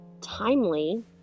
timely